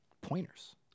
pointers